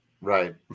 Right